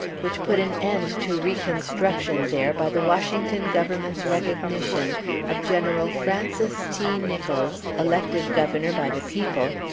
which put an end to reconstruction there by the washington government's recognition of general francis t. nicholls, elected governor by the people,